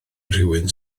rywun